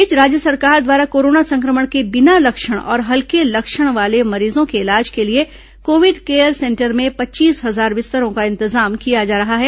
इस बीच राज्य सरकार द्वारा कोरोना संक्रमण के बिना लक्षण और हल्के लक्षण वाले मरीजों के इलाज के लिए कोविड केयर सेंटर में पच्चीस हजार बिस्तरों का इंतजाम किया जा रहा है